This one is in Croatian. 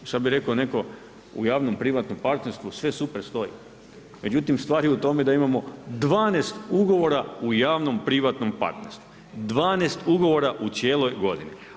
Sada bi rekao netko, u javnom privatnom partnerstvu sve super stoji, međutim stvar je u tome da imamo 12 ugovora u javnom privatnom partnerstvu, 12 ugovora u cijeloj godini.